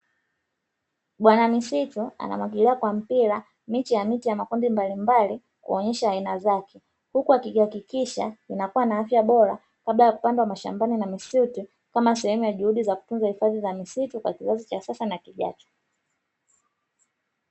Bwana misifa anamwagiliwa kwa mpira miche ya miti ya makundi mbalimbali kuonyesha aina zake, huku akihakikisha inakuwa na afya bora kabla ya kupandwa mashambani na misitu kama sehemu ya juhudi za kutunza hifadhi za misitu kwa kizazi cha sasa na kijacho.